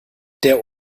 der